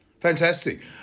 Fantastic